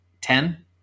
Ten